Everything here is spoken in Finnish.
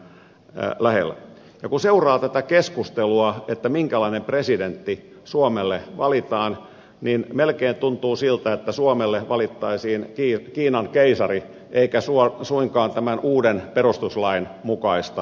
ja kun seuraa tätä keskustelua minkälainen presidentti suomelle valitaan niin melkein tuntuu siltä että suomelle valittaisiin kiinan keisari eikä suinkaan tämän uuden perustuslain mukaista presidenttiä